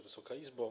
Wysoka Izbo!